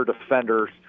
defenders